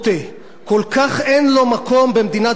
כל כך אין לו מקום במדינה דמוקרטית,